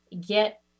get